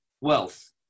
wealth